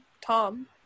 tom